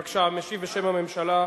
בבקשה, משיב בשם הממשלה,